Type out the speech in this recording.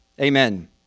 Amen